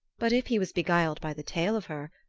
but if he was beguiled by the tale of her,